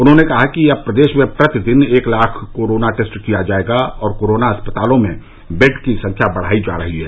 उन्होंने कहा कि अब प्रदेश में प्रतिदिन एक लाख कोरोना टेस्ट किया जायेगा और कोरोना अस्पतालों में बेड की संख्या बढ़ाई जा रही है